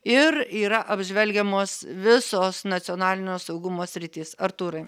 ir yra apžvelgiamos visos nacionalinio saugumo sritys artūrai